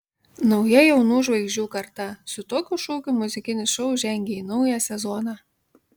nauja jaunų žvaigždžių karta su tokiu šūkiu muzikinis šou žengia į naują sezoną